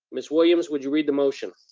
miss williams, would you read the motion?